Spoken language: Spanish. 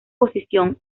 posición